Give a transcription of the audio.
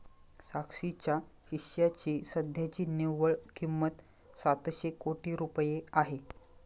साक्षीच्या हिश्श्याची सध्याची निव्वळ किंमत सातशे कोटी रुपये आहे